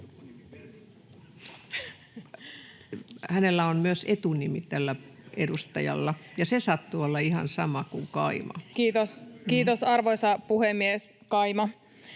Hänellä on myös etunimi, tällä edustajalla, ja se sattuu olemaan ihan sama kuin kaima. Kiitos, arvoisa puhemies, kaima!